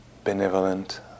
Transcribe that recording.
Benevolent